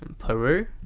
um peru